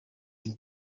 une